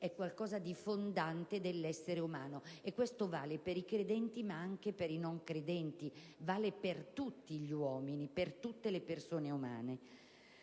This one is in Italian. È qualcosa di fondante dell'essere umano, e questo vale per i credenti, ma anche per i non credenti, vale per tutti gli uomini, per tutte le persone umane.